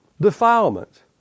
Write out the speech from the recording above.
defilement